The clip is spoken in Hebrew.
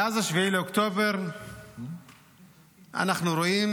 מאז 7 באוקטובר אנחנו רואים